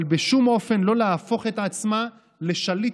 אבל בשום אופן לא להפוך את עצמה לשליט